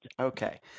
Okay